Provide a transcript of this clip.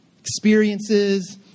experiences